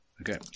Okay